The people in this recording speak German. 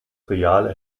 reale